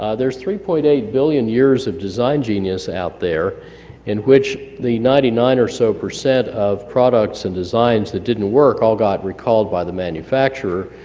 ah there's three point eight billion years of design genius out there in which the ninety nine or so percent of products and designs that didn't work all got recalled by the manufacturer,